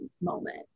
moment